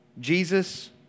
Jesus